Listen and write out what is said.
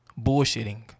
Bullshitting